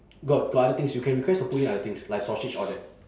got got other things you can request to put in other things like sausage all that